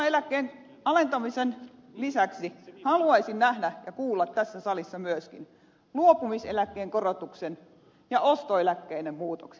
kansaneläkkeen alentamisen lisäksi haluaisin nähdä ja kuulla tässä salissa myöskin luopumiseläkkeen korotuksen ja ostoeläkkeiden muutokset